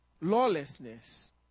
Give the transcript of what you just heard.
lawlessness